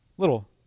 little